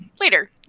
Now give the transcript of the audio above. Later